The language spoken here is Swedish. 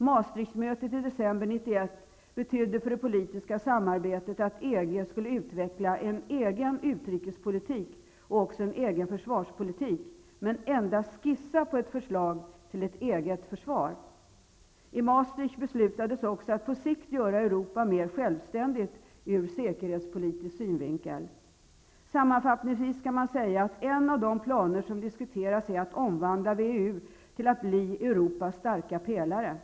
Maastricht-mötet i december 1991 betydde för det politiska samarbetet att EG skulle utveckla en egen utrikespolitik och även en egen försvarspolitik, men endast skissa på ett förslag till ett eget försvar. I Maastricht beslutades också att på sikt göra Europa mer självständigt ur säkerhetspolitisk synvinkel. Sammanfattningsvis kan man säga att en av de planer som diskuteras är att omvandla WEU till att bli Europas starka pelare.